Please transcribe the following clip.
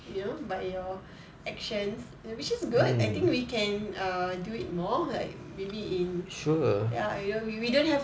you know by your actions which is good I think we can err do it more like maybe in ya we we don't have